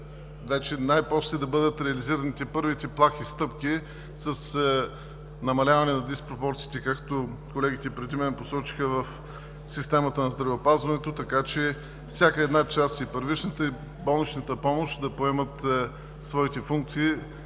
най-после да бъдат реализирани първите плахи стъпки с намаляване на диспропорциите, както колегите преди мен посочиха, в системата на здравеопазването, така че всяка една част – и първичната, и болничната помощ да поемат своите функции